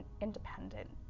independent